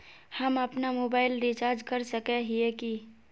हम अपना mobile recharge कर सकय हिये की?